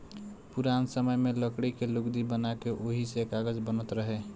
पुरान समय में लकड़ी के लुगदी बना के ओही से कागज बनत रहे